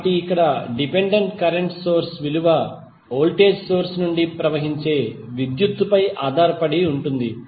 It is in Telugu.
కాబట్టి ఇక్కడ డిపెండెంట్ కరెంట్ సోర్స్ విలువ వోల్టేజ్ సోర్స్ నుండి ప్రవహించే విద్యుత్తుపై ఆధారపడి ఉంటుంది